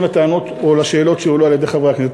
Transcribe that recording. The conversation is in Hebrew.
לטענות או לשאלות שהועלו על-ידי חברי הכנסת.